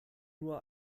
nur